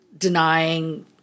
Denying